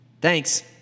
Thanks